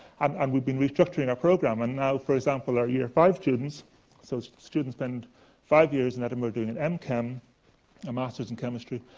and and we've been restructuring our program. and now, for example, our year five students so students spend five years in edinburgh doing an um mchem a master's in chemistry.